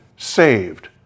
Saved